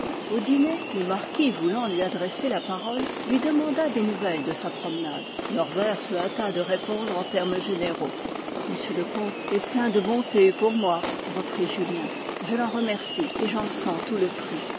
au dîner le marquis voulant lui adresser la parole lui demanda des nouvelles de sa promenade norbert se hâta de répondre en termes généraux m le comte est plein de bontés pour moi reprit julien je l'en remercie et j'en sens tout le prix